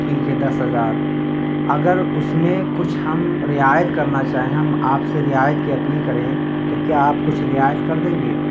ٹھیک ہے دس ہزار اگر اس میں کچھ ہم رعایت کرنا چاہیں ہم آپ سے رعایت کی اپیل کریں تو کیا آپ کچھ رعایت کر دیں گے